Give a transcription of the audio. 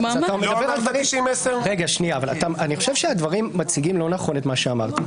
אני חושב שהדברים מציגים לא נכון את מה שאמרתי.